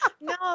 No